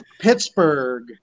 Pittsburgh